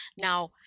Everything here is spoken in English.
Now